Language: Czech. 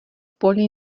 poli